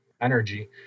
energy